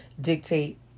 dictate